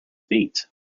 feet